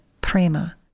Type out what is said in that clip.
Prima